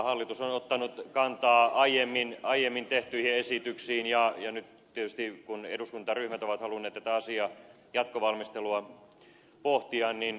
hallitus on ottanut kantaa aiemmin tehtyihin esityksiin ja nyt tietysti kun eduskuntaryhmät ovat halunneet tätä asiaa jatkovalmistelua pohtia niin